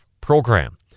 program